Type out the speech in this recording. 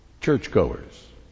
churchgoers